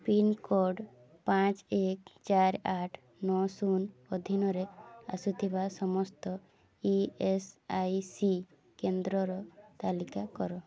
pincode ପାଞ୍ଚ ଏକ ଚାରି ଆଠ ନଅ ଶୂନ ଅଧୀନରେ ଆସୁଥିବା ସମସ୍ତ ଇ ଏସ୍ ଆଇ ସି କେନ୍ଦ୍ରର ତାଲିକା କର